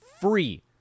free